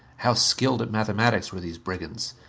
how skilled at mathematics were these brigands?